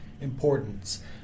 importance